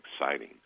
exciting